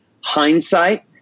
hindsight